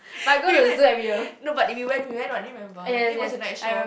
we went no but we went we went [what] did you remember then it was a night show